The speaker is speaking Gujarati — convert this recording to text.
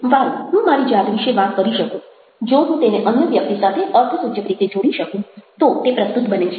વારુ હું મારી જાત વિશે વાત કરી શકું જો હું તેને અન્ય વ્યક્તિ સાથે અર્થસૂચક રીતે જોડી શકું તો તે પ્રસ્તુત બને છે